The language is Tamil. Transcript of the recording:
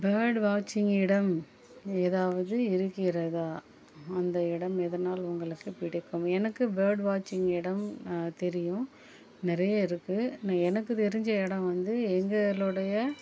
பேர்டு வாட்ச்சிங் இடம் ஏதாவது இருக்கின்றதா அந்த இடம் எதனால் உங்களுக்கு பிடிக்கும் எனக்கு பேர்டு வாட்ச்சிங் இடம் தெரியும் நிறைய இருக்குது எனக்கு தெரிஞ்ச இடம் வந்து எங்களோடைய